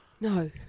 No